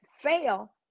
fail